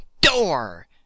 door